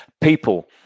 people